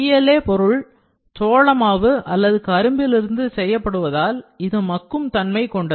PLA பொருள் சோள மாவு அல்லது கரும்பிலிருந்து செய்யப்படுவதால் இது மக்கும் தன்மை கொண்டது